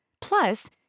Plus